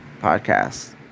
podcast